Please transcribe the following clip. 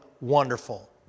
wonderful